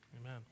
amen